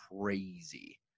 crazy